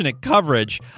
coverage